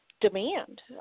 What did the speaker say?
demand